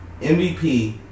MVP